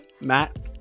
matt